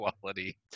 quality